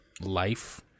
life